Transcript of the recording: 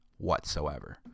Whatsoever